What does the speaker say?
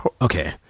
okay